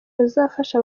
ruzafasha